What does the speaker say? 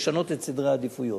לשנות את סדרי העדיפויות,